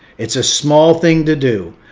it's a small thing to do.